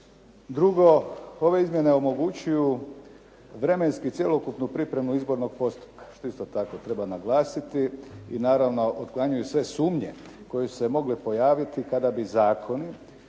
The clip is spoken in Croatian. Drugo, ove izmjene omogućuju vremenski cjelokupni pripremu izbornog postupka što isto tako treba naglasiti i naravno, otklanjaju sve sumnje koje su se mogle pojaviti kada bi zakoni